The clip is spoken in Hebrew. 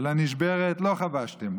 ולנשברת לא חבשתם,